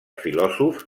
filòsofs